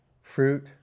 fruit